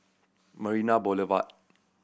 Marina Boulevard